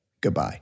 Goodbye